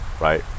right